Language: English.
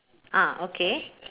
ah okay